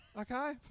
okay